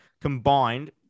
combined